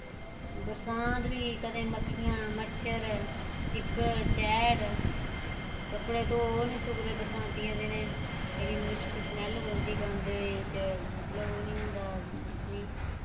बरसांत बी कदें मक्खियां मच्छर चिक्कड़ चैड़ कपड़े धो ओह् निं सुकदे बरसांती दे दिनें छड़ी मुश्क स्मैल्ल रौंह्दी गंद ए च मतलब ओह् निं होंदा इन्नी